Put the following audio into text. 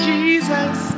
Jesus